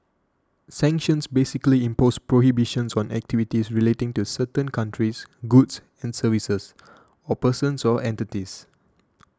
sanctions basically impose prohibitions on activities relating to certain countries goods and services or persons or entities